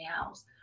house